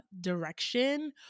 direction